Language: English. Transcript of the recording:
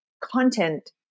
content